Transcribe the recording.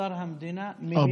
לאוצר המדינה מיליארדים.